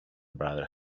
brother